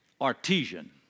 artesian